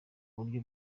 buryo